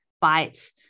bites